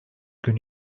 gün